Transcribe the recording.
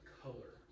color